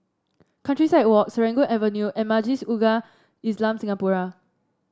Countryside Walk Serangoon Avenue and Majlis Ugama Islam Singapura